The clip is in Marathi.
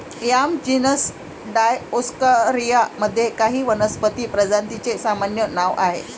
याम जीनस डायओस्कोरिया मध्ये काही वनस्पती प्रजातींचे सामान्य नाव आहे